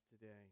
today